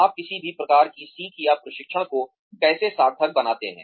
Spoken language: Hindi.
आप किसी भी प्रकार की सीख या प्रशिक्षण को कैसे सार्थक बनाते हैं